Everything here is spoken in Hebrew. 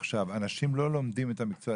אנשים לא לומדים את המקצוע,